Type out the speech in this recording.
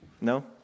No